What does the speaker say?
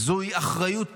זוהי אחריות בסיסית.